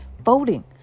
voting